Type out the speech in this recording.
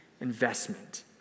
investment